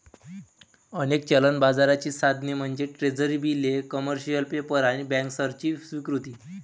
अनेक चलन बाजाराची साधने म्हणजे ट्रेझरी बिले, कमर्शियल पेपर आणि बँकर्सची स्वीकृती